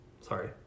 sorry